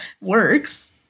works